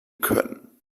können